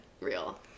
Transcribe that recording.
real